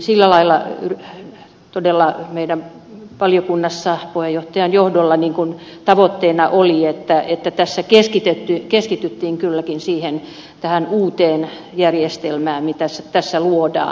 sillä lailla todella meidän valiokunnassamme puheenjohtajan johdolla tavoitteena oli että tässä keskityttiin kylläkin tähän uuteen järjestelmään mitä tässä luodaan tähän jälkikäteisvalvontaan